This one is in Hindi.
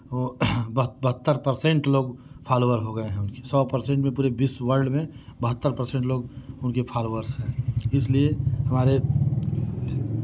वो ब बहत्तर पर्सेन्ट लोग फालोअर हो गए हें उनके सौ पर्सेन्ट में पूरे विश्व में पूरे वर्ल्ड में बहत्तर पर्सेन्ट लोग उनके फॉलअर्स हैं इसलिए हमारे